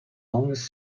longest